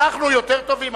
אנחנו יותר טובים.